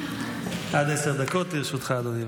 עד עשר דקות לרשותך, אדוני.